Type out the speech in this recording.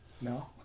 No